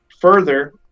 Further